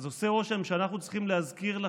אז עושה רושם שאנחנו צריכים להזכיר לכם.